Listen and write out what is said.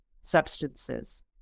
substances